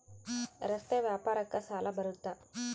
ರಸ್ತೆ ವ್ಯಾಪಾರಕ್ಕ ಸಾಲ ಬರುತ್ತಾ?